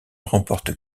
remporte